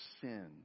sin